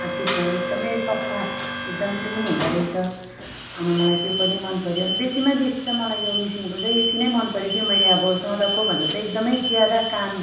त्यसमा एकदमै सफा एकदम क्लिन हुँदो रहेछ अनि मलाई त्यो पनि मन पर्यो अनि बेसीमा बेसी चाहिँ मलाई यो मेसिनको चाहिँ यति नै मन पर्यो कि मैले अब सधैँको भन्दा चाहिँ एकदमै ज्यादा काम